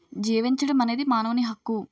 జీవించడం అనేది మానవుని హక్కు